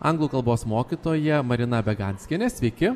anglų kalbos mokytoja marina beganskienė sveiki